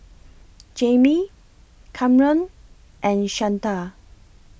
Jaime Kamron and Shanta